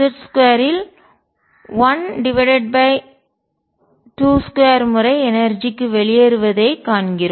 6 Z 2 ல் 122 முறை energy க்கு ஆற்றல்வெளியேறுவதைக் காண்கிறோம்